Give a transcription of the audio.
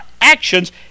actions